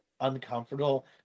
uncomfortable